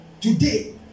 today